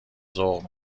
ذوق